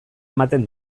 ematen